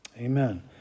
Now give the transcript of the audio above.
Amen